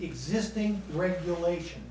existing regulation